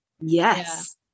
yes